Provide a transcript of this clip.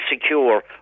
secure